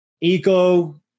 Ego